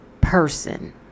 person